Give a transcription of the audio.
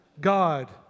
God